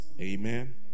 Amen